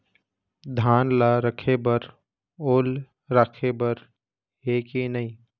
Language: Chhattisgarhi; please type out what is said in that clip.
धान ला रखे बर ओल राखे बर हे कि नई?